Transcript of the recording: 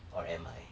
or am I